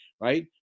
right